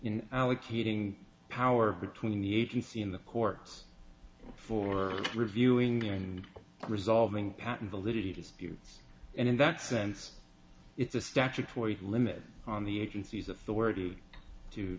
in allocating power between the agency in the courts for reviewing and resolving patent validity disputes and in that sense it's a statutory limit on the agency's authority to